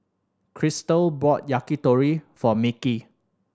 Christel bought Yakitori for Mickey